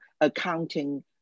accounting